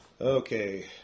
Okay